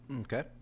Okay